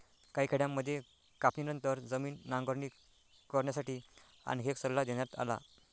काही खेड्यांमध्ये कापणीनंतर जमीन नांगरणी करण्यासाठी आणखी एक सल्ला देण्यात आला